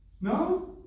No